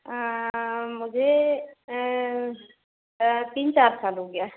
मुझे तीन चार साल हो गया